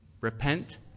repent